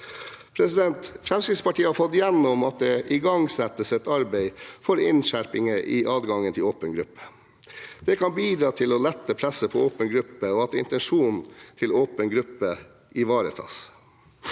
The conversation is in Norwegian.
Fremskrittspartiet har fått igjennom at det igangsettes et arbeid for innskjerpinger i adgangen til åpen gruppe. Det kan bidra til å lette presset på åpen gruppe, og at intensjonen til åpen gruppe ivaretas.